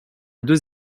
deux